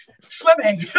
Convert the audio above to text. swimming